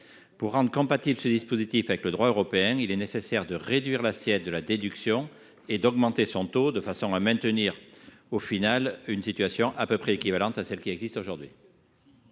Pour rendre compatible ce dispositif avec le droit européen, il est nécessaire de réduire l’assiette de la déduction et d’augmenter son taux, de façon à maintenir une situation à peu près équivalente à celle qui existe aujourd’hui.